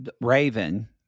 Raven